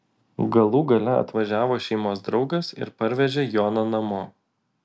galų gale atvažiavo šeimos draugas ir parvežė joną namo